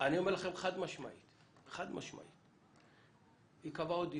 חד משמעית, ייקבע עוד דיון.